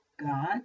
God